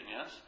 yes